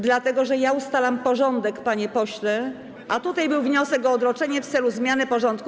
Dlatego że ja ustalam porządek, panie pośle, a tutaj był wniosek o odroczenie w celu zmiany porządku.